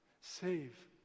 save